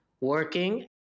working